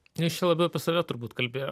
jis čia labiau apie save turbūt kalbėjo